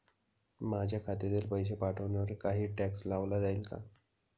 माझ्या खात्यातील पैसे पाठवण्यावर काही टॅक्स लावला जाईल का?